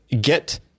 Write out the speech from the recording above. get